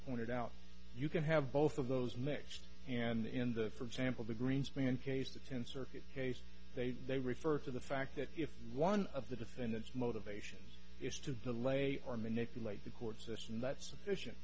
pointed out you can have both of those mixed and in the for example the greens being in case the tenth circuit case they they refer to the fact that if one of the defendants motivation is to delay or manipulate the court system that sufficient